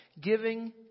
Giving